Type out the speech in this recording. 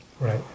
Right